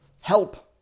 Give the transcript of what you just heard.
help